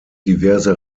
diverse